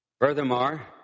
Furthermore